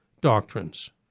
doctrines